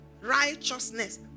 Righteousness